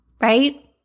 right